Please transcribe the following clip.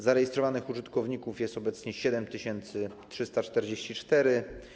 Zarejestrowanych użytkowników jest obecnie 7344.